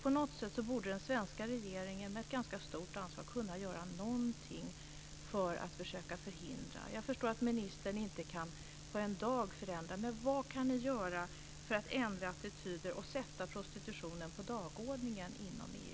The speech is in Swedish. På något sätt borde den svenska regeringen, som har ett ganska stort ansvar, kunna göra någonting för att försöka förhindra detta. Jag förstår att ministern inte på en dag kan förändra, men vad kan ni göra för att ändra attityder och sätta prostitutionen på dagordningen inom EU?